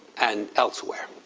and elsewhere.